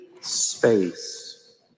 space